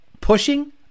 Pushing